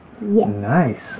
Nice